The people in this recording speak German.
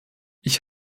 ich